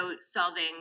solving